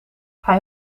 hij